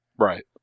Right